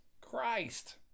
christ